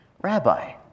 Rabbi